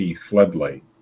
floodlight